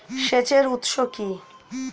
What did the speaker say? সেচের উৎস কি?